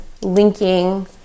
linking